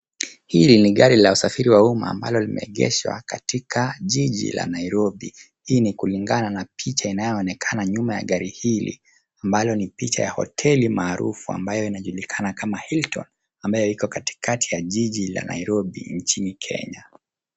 Hili ni gari la usafiri wa umma ambalo limeegeshwa katika jiji la Nairobi. Hii ni kulingana na picha inayoonekana nyuma ya gari hili ambalo ni picha ya hoteli maarufu ambayo inajulikana kama, hilton, ambayo iko katikati ya jiji la Nairobi nchini Kenya.